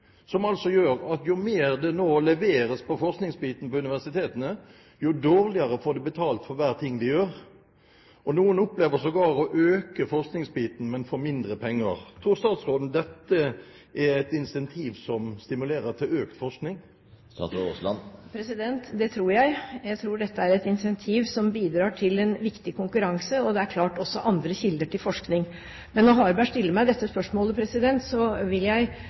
som altså gjør at jo mer det nå leveres på forskningsbiten på universitetene, jo dårligere får de betalt for hver ting de gjør, og noen opplever sågar å øke forskningsbiten, men få mindre penger. Tror statsråden dette er et incentiv som stimulerer til økt forskning? Det tror jeg. Jeg tror dette er et incentiv som bidrar til en viktig konkurranse, og det er klart også andre kilder til forskning. Men når Harberg stiller meg dette spørsmålet, vil jeg